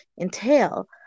entail